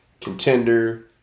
Contender